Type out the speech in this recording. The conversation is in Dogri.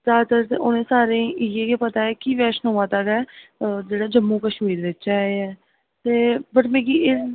ज्यादातर ते उनें सारें गी इ'यै गै पता ऐ कि वैश्नो माता गै जेह्ड़ा जम्मू कश्मीर बिच्च ऐ ते पर मिगी एह्